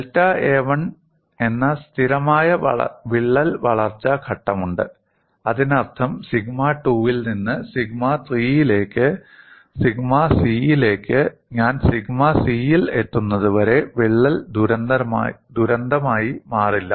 delta a1 എന്ന സ്ഥിരമായ വിള്ളൽ വളർച്ചാ ഘട്ടമുണ്ട് അതിനർത്ഥം സിഗ്മ 2 ൽ നിന്ന് സിഗ്മ 3 ലേക്ക് സിഗ്മ c യിലേക്ക് ഞാൻ സിഗ്മ c യിൽ എത്തുന്നതുവരെ വിള്ളൽ ദുരന്തമായി മാറില്ല